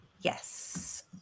Yes